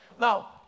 Now